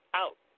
out